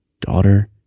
Daughter